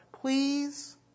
please